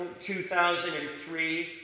2003